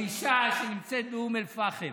האישה שנמצאת באום אל-פחם